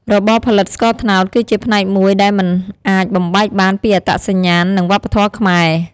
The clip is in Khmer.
របរផលិតស្ករត្នោតគឺជាផ្នែកមួយដែលមិនអាចបំបែកបានពីអត្តសញ្ញាណនិងវប្បធម៌ខ្មែរ។